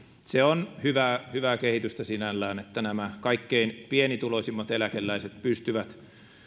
se on hyvää hyvää kehitystä sinällään että nämä kaikkein pienituloisimmat eläkeläiset pystyvät